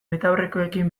betaurrekoekin